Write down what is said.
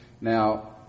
now